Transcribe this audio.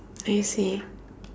I see